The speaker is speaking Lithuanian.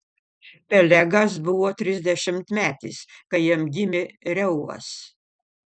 pelegas buvo trisdešimtmetis kai jam gimė reuvas